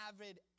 avid